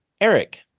Eric